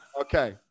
okay